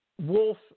wolf